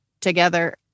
together